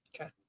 Okay